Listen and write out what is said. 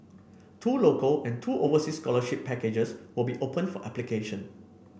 two local and two overseas scholarship packages will be open for application